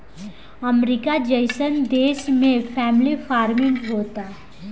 अमरीका जइसन देश में फैमिली फार्मिंग होता